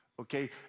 Okay